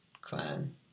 Clan